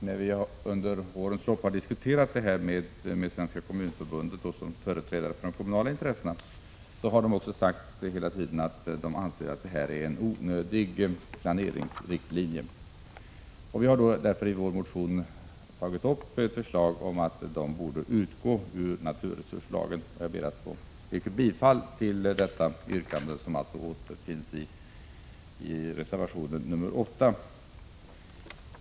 När vi under årens lopp har diskuterat detta med Svenska kommunförbundet, som företrädare för de kommunala intressena, har de hela tiden sagt att detta är en onödig planeringsriktlinje. Vi har därför i vår motion tagit upp ett förslag om att dessa riktlinjer borde utgå ur naturresurslagen. Jag ber att få yrka bifall till detta yrkande, som återfinns i reservation nr 8.